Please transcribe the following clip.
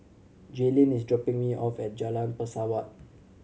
Jaylin is dropping me off at Jalan Pesawat